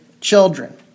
children